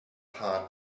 heart